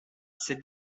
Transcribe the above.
cette